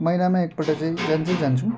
महिनामा एकपल्ट चाहिँ जान्छै जान्छौँ